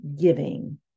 giving